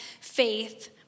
faith